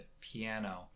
piano